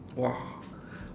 !wah!